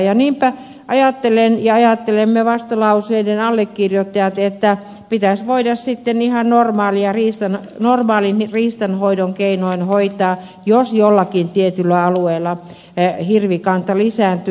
ja niinpä minä ajattelen ja me vastalauseiden allekirjoittajat ajattelemme että se pitäisi voida ihan normaalin riistanhoidon keinoin hoitaa jos jollakin tietyllä alueella hirvikanta lisääntyy